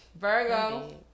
Virgo